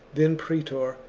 then praetor,